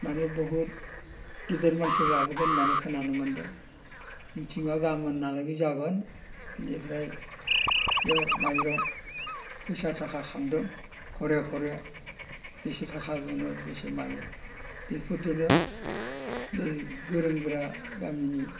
माने बहुद गेदेर मानसि लाबोगोन होननानै खोनानो मोन्दों मिथिंआ गाबोनहालागै जागोन बेनिफ्राय बेयाव माइरं फैसा थाखा खांदों घरे घरे बेसे थाखा मोनो बेसे मायो बेफोरजोंनो गोरों गोरा गामिनि